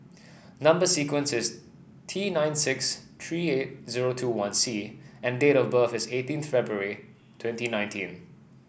number sequence is T nine six three eight zero two one C and date of birth is eighteenth February twenty nineteen